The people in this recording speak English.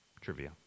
trivia